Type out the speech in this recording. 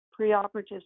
preoperative